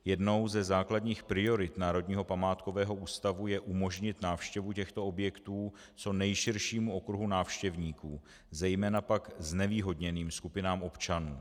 Jednou ze základních priorit Národního památkového ústavu je umožnit návštěvu těchto objektů co nejširšímu okruhu návštěvníků, zejména pak znevýhodněným skupinám občanů.